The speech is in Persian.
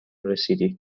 رسیدی